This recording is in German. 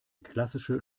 klassische